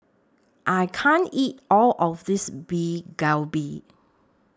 I can't eat All of This Beef Galbi